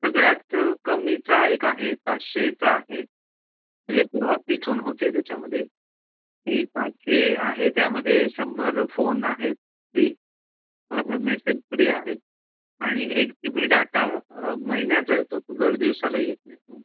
सगळ्यात कमीचा एक आहे पाचशेचा आहे म्हणजे सुरुवात तिथून होते त्याच्यामध्ये की पाचशे आहे त्यामध्ये शंभर फोन आहेत फ्री भर मेसेज फ्री आहे आणि एक जी बी डाटा महिन्याचा येतो तो दर दिवसाला येत नाही